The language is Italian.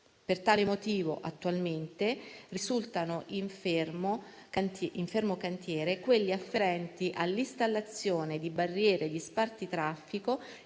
Per tale motivo attualmente risultano in fermo cantiere quelli afferenti all'installazione di barriere di spartitraffico